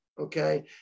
okay